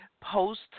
post